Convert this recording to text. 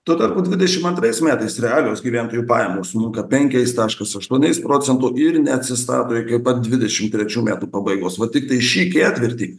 tuo tarpu dvidešim antrais metais realios gyventojų pajamos penkiais taškas aštuoniais procento ir neatsistato iki pat dvidešimtrečių metų pabaigos va tiktai šį ketvirtį